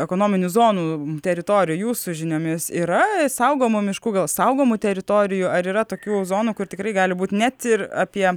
ekonominių zonų teritorijų jūsų žiniomis yra saugomų miškų gal saugomų teritorijų ar yra tokių zonų kur tikrai gali būti net ir apie